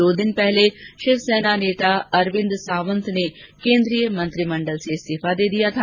दो दिन पहले शिवसेना नेता अरविंद सावंत ने केन्द्रीय मंत्रिमंडल से इस्तीफा दे दिया था